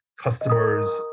customers